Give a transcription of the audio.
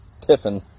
Tiffin